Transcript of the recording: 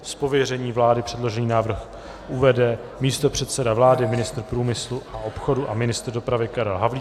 Z pověření vlády předložený návrh uvede místopředseda vlády, ministr průmyslu a obchodu a ministr dopravy Karel Havlíček.